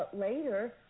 later